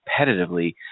competitively